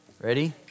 ready